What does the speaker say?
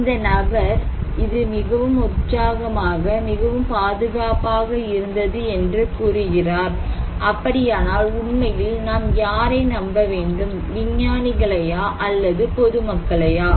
இந்த நபர் இது மிகவும் உற்சாகமாக மிகவும் பாதுகாப்பாக இருந்தது என்று கூறுகிறார் அப்படியானால் உண்மையில் நாம் யாரை நம்ப வேண்டும் விஞ்ஞானிகளையா அல்லது பொதுமக் களையா